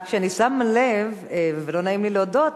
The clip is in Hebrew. רק שאני שמה לב, ולא נעים לי להודות,